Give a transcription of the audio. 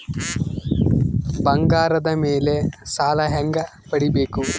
ಬಂಗಾರದ ಮೇಲೆ ಸಾಲ ಹೆಂಗ ಪಡಿಬೇಕು?